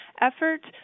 effort